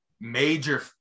major